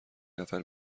نفر